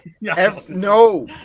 no